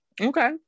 okay